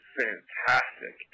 fantastic